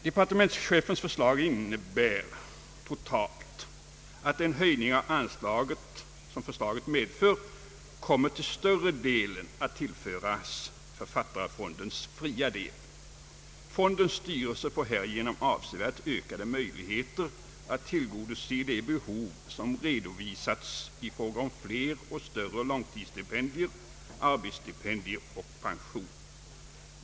Departementschefens förslag innebär totalt att den höjning av anslaget som förslaget medför till större delen kommer att tillföras författarfondens fria del. Fondens styrelse får härigenom avsevärt ökade möjligheter att tillgodose de behov som redovisats i fråga om fler och större långtidsstipendier, arbetsstipendier och pensioner.